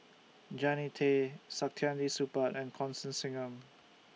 Jannie Tay Saktiandi Supaat and Constance Singam